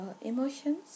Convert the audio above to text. emotions